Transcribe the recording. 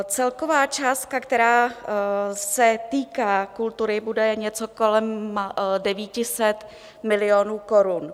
Celková částka, která se týká kultury, bude něco kolem 900 milionů korun.